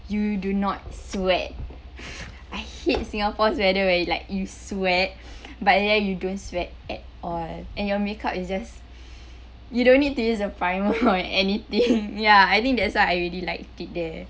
you do not sweat I hate singapore's weather where you like you sweat but there you don't sweat at all and your makeup you just you don't need to use a primer for anything ya I think that's why I really liked it there